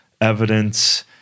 evidence